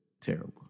terrible